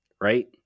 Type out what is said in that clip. right